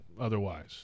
otherwise